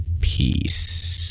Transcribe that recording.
peace